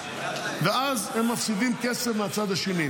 ואז הם מפסידים כסף מהצד השני.